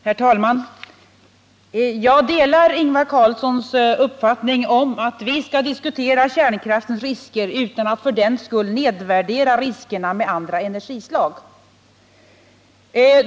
Herr talman! Jag delar Ingvar Carlssons uppfattning att vi skall diskutera kärnkraftens risker utan att för den skull nedvärdera riskerna med andra energislag.